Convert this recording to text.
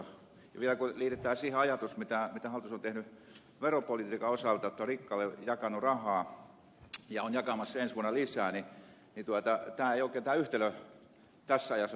vielä kun liitetään siihen ajatus siitä mitä hallitus on tehnyt veropolitiikan osalta jotta on rikkaille jakanut rahaa ja on jakamassa ensi vuonna lisää niin tämä yhtälö ei oikein tässä ajassa toimi